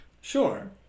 sure